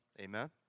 Amen